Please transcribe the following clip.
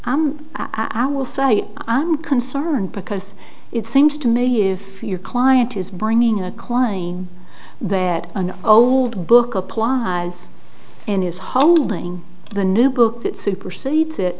clause i will say i'm concerned because it seems to me if your client is bringing in a klein that an old book applies in his holding the new book that supersedes it